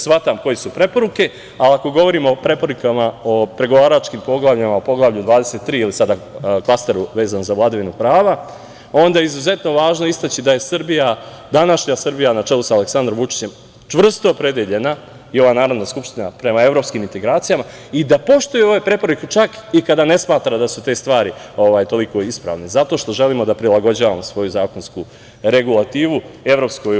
Shvatam koje su preporuke, ali ako govorimo o preporukama, pregovaračkim poglavljima, Poglavlju 23 ili klasteru vezanim za vladavinu prava, onda je izuzetno važno istaći da je Srbija, današnja Srbija na čelu sa Aleksandrom Vučićem čvrsto opredeljena i ova Narodna skupština prema evropskim integracijama i da poštujemo ove preporuke, čak i kada ne smatramo da su te stvari toliko ispravne, jer želimo da prilagođavamo svoju zakonsku regulativu EU.